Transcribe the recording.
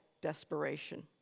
Desperation